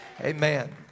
Amen